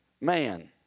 man